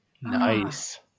Nice